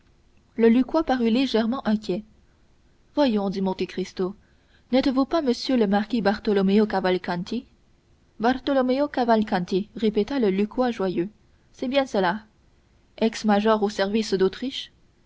le lucquois parut légèrement inquiet voyons dit monte cristo n'êtes-vous pas monsieur le marquis bartolomeo cavalcanti bartolomeo cavalcanti répéta le lucquois joyeux c'est bien cela ex major au service d'autriche